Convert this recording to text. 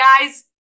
guys